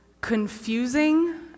confusing